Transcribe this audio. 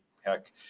heck